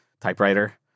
typewriter